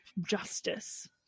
justice